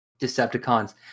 Decepticons